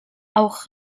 auch